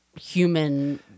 human